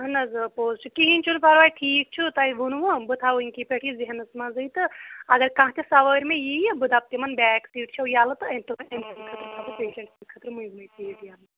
اہن حظ آ پوٚز چھُ کِہیٖنۍ چھُنہٕ پَرواے ٹھیٖک چھُ تۄہہِ ووٚنوٕ بہٕ تھاو وٕنۍ کہِ پٮ۪ٹھ یہِ ذِٮ۪ہنَس منٛزٕے تہٕ اگر کانٛہہ تہِ سَوٲرۍ مےٚ ییہٕ بہٕ دَپ تِمَن بیٚک سیٖٹ چھِو یَلہٕ تہٕ تُہۍ مٲنۍ تو وَنۍ أمۍ سٕنٛدِ خٲطرٕ پیشَنٛٹ سٕنٛدِ خٲطرٕ چھِ مٔنٛزمٕے سیٖٹ یَلہٕ